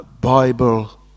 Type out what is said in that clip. Bible